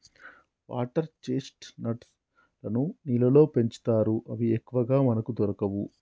water chestnuts లను నీళ్లల్లో పెంచుతారు అవి ఎక్కువగా మనకు దొరకవు